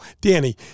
Danny